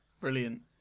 Brilliant